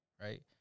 Right